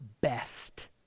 best